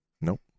Nope